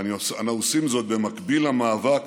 ואנו עושים זאת במקביל למאבק